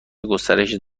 گسترش